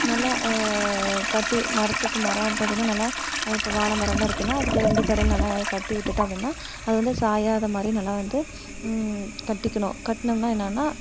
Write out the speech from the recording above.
நல்லா கட்டி மரத்துக்கு மரம் பார்த்தீன்னா நல்லா இப்போது வாழ மரம்லாம் இருக்குதுன்னா அதுக்கு ரெண்டுக்கும் இடையில் நல்லா கட்டிவிட்டுட்டோம் அப்படின்னா அது வந்து சாயாதமாதிரி நல்லா வந்து கட்டிக்கணும் கட்டினோம்னா என்னன்னா